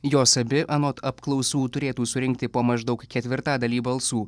jos abi anot apklausų turėtų surinkti po maždaug ketvirtadalį balsų